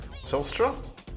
Telstra